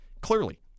clearly